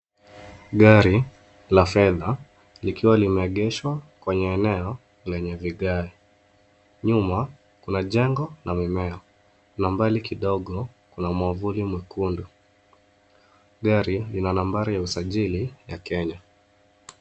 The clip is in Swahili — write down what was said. Gari la fedha likiwa limeegeshwa kwenye eneo lenye vigae. Nyuma kuna jengo na mimea na mbali kidogo kuna mwavuli mwekundu. Gari lina nambari ya usajili ya kenya.